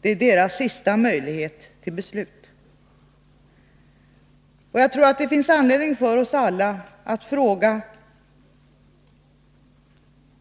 Det är deras sista möjlighet till beslut. Jag tror att det finns anledning för oss alla att fråga: